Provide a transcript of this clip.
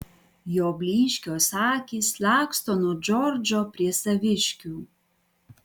jo blyškios akys laksto nuo džordžo prie saviškių